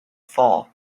fall